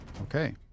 Okay